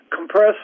Compressed